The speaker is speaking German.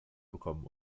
bekommen